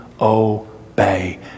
obey